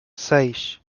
seis